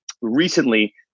Recently